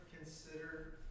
consider